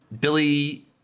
Billy